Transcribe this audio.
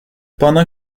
pendant